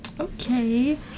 Okay